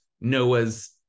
Noah's